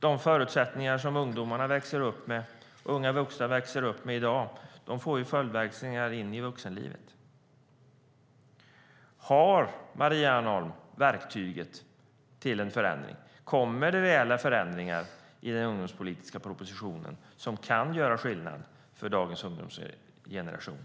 De förutsättningar som ungdomar och unga vuxna växer upp med i dag får följdverkningar in i vuxenlivet. Har Maria Arnholm verktyget till en förändring? Kommer det rejäla förändringar i den ungdomspolitiska propositionen som kan göra skillnad för dagens ungdomsgeneration?